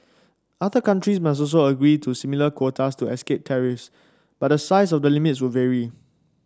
other countries must also agree to similar quotas to escape tariffs but the size of the limits would vary